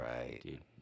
Right